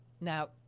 Now